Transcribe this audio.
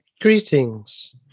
Greetings